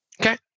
Okay